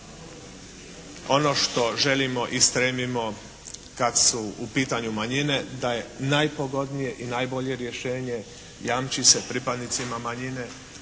ono što želimo i stremimo kad su u pitanju manjine da je najpogodnije i najbolje rješenje jamči se pripadnicima manjine,